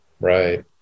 Right